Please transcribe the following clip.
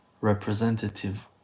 representative